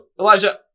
Elijah